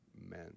men